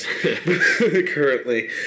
currently